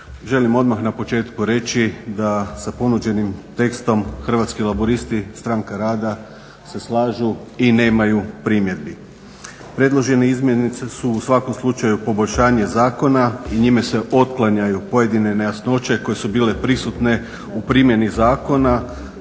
Želim odmah na početku reći da sa ponuđenim tekstom Hrvatski laburisti-stranka rada se slažu i nemaju primjedbi. Predložene izmjene su u svakom slučaj poboljšanje zakona i njime se otklanjaju pojedine nejasnoće koje su bile prisutne u primjeni zakona